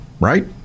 right